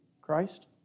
Christ